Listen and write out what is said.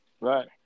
Right